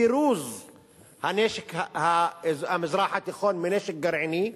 פירוק המזרח התיכון מנשק גרעיני,